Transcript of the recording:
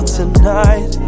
tonight